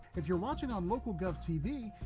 if you're watching on local gulf tv,